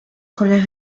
premières